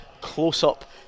close-up